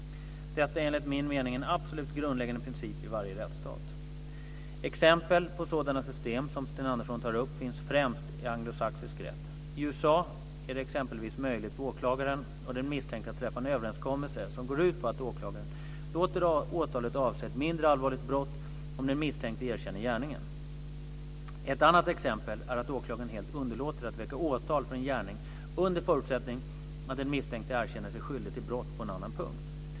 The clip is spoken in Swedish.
Detta är enligt min mening en absolut grundläggande princip i varje rättsstat. Exempel på sådana system som Sten Andersson tar upp finns främst i anglosaxisk rätt. I USA är det exempelvis möjligt för åklagaren och den misstänkte att träffa en överenskommelse som går ut på att åklagaren låter åtalet avse ett mindre allvarligt brott, om den misstänkte erkänner gärningen. Ett annat exempel är att åklagaren helt underlåter att väcka åtal för en gärning, under förutsättning att den misstänkte erkänner sig skyldig till brott på en annan punkt.